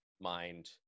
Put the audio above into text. mind